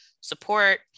support